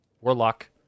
Warlock